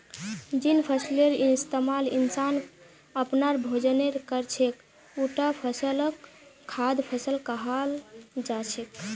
जिन फसलेर इस्तमाल इंसान अपनार भोजनेर कर छेक उटा फसलक खाद्य फसल कहाल जा छेक